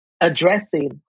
addressing